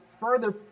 further